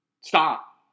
stop